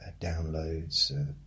Downloads